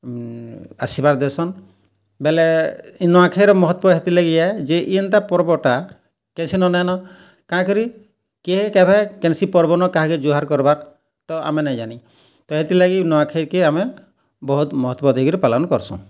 ଆଶୀର୍ବାଦ୍ ଦେଶନ୍ ବେଲେ ଇ ନୂଆଖାଇର ମହତ୍ୱ ହେଥିଲାଗି ହେ ଯେ ଏନ୍ତା ପର୍ବଟା କାଁ କରି କେ କେବେ କେନସି ପର୍ବ ନ କାହାକେ ଜୁହାର୍ କରବା ତା ଆମେ ନାଇଁ ଜାନି ତ ହେଥିଲାଗି ନୂଆଖାଇକେ ଆମେ ବୋହୁତ୍ ମହତ୍ୱ ଦେଇକି ପାଳନ୍ କରଷୁଁ